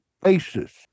basis